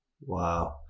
wow